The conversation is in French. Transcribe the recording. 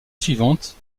suivante